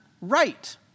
right